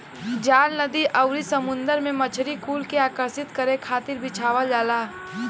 जाल नदी आउरी समुंदर में मछरी कुल के आकर्षित करे खातिर बिछावल जाला